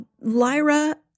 Lyra